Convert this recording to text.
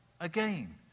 again